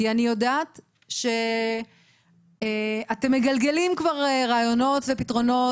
אני יודעת שאתם מגלגלים כבר רעיונות ופתרונות,